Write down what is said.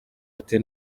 ati